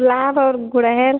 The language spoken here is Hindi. गुलाब और गुड़हल